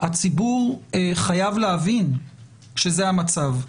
הציבור חייב להבין שזה המצב,